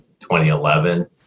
2011